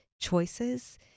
choices